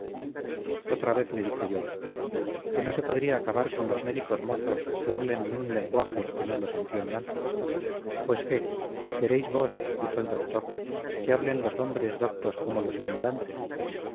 otra vez dije yo que no se podría acabar con los médicos mozos que hablen en un lenguaje que no los entiendan pues qué queréis vos dijo el doctor que hablen los hombres doctos como los ignorantes